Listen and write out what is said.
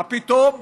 מה פתאום,